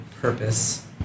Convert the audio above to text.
purpose